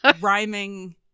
rhyming